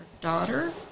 daughter